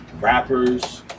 rappers